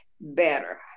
better